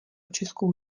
českou